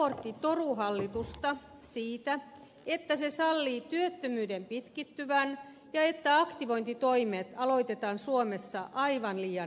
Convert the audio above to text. raportti toruu hallitusta siitä että se sallii työttömyyden pitkittyvän ja että aktivointitoimet aloitetaan suomessa aivan liian myöhään